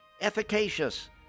efficacious